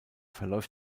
verläuft